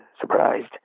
surprised